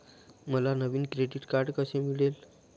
मला नवीन credit card कसे मिळेल?